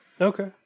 Okay